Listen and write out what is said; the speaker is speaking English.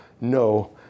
no